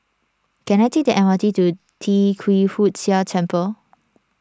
can I take the M R T to Tee Kwee Hood Sia Temple